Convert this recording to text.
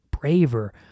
braver